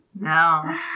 No